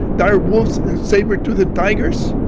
dire wolves and saber-toothed tigers?